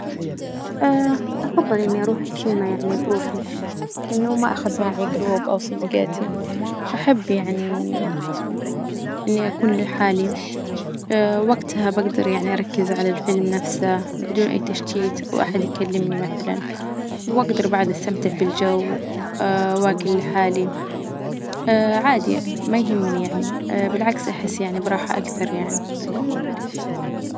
أفظل إني أروح السينما يعني بروحي، إنه ما أخذ معي جروب أو صديجاتي، أحب يعني إني أكون لحالي وقتها بجدر يعني أركز على الفيلم نفسه بدون أي تشتيت أو أحد يكلمني مثلا، وأجدر بعد أستمتع بالجو وأكل لحالي عادي ما يهمني يعني بالعكس أحس يعني براحة أكثر يعني.